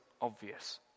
obvious